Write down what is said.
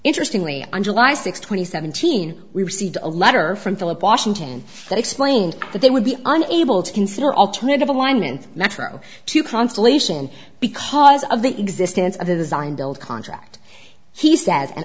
interestingly on july sixth twenty seventeen we received a letter from philip washington that explained that they would be unable to consider alternative alignment metro to constellation because of the existence of the design build contract he says and